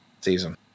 season